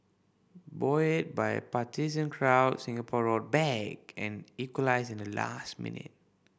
buoyed by a partisan crowd Singapore roared back and equalised in the last minute